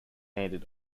handed